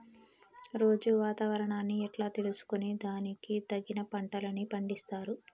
రోజూ వాతావరణాన్ని ఎట్లా తెలుసుకొని దానికి తగిన పంటలని పండిస్తారు?